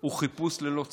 הוא חיפוש ללא צו.